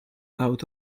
out